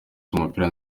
cy’umupira